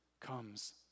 comes